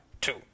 two